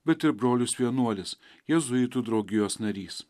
bet ir brolis vienuolis jėzuitų draugijos narys